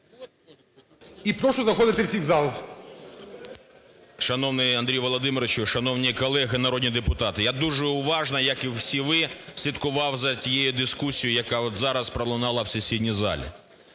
І прошу заходити всіх у зал.